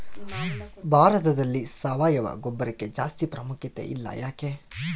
ಭಾರತದಲ್ಲಿ ಸಾವಯವ ಗೊಬ್ಬರಕ್ಕೆ ಜಾಸ್ತಿ ಪ್ರಾಮುಖ್ಯತೆ ಇಲ್ಲ ಯಾಕೆ?